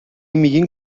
میگین